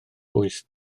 wyth